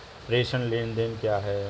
प्रेषण लेनदेन क्या है?